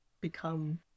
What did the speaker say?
become